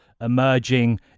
emerging